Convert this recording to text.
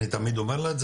אני תמיד אומר לה,